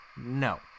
No